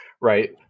right